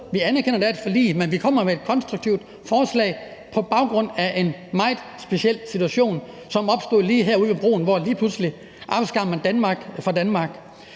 Vi anerkender, at der er et forlig, men vi kommer med et konstruktivt forslag på baggrund af en meget speciel situation, som er opstået lige her ude ved broen, hvor man lige pludselig afskar Danmark fra Danmark.